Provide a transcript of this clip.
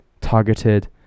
targeted